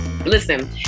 Listen